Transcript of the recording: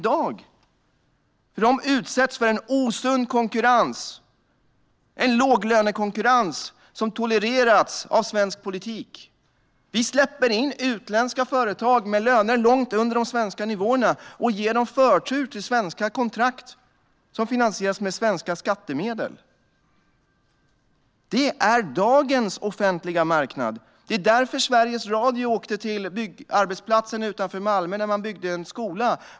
De utsätts för en osund låglönekonkurrens, som har tolererats av svensk politik. Vi släpper in utländska företag med löner långt under de svenska nivåerna och ger dem förtur till svenska kontrakt som finansieras med svenska skattemedel. Det är dagens offentliga marknad. Sveriges Radio åkte till en byggarbetsplats utanför Malmö där en skola byggdes.